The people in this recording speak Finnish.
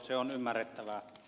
se on ymmärrettävää